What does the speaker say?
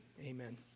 Amen